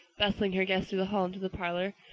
bustling her guests through the hall into the parlor,